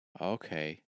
Okay